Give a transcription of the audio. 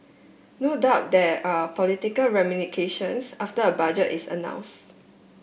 no doubt there are political ramifications after a budget is announce